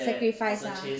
sacrifice ah